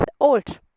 old